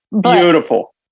Beautiful